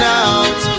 out